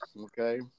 okay